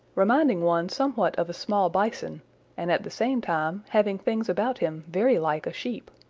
reminding one somewhat of a small bison and at the same time having things about him very like a sheep.